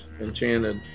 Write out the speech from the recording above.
Enchanted